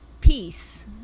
peace